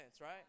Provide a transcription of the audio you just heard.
right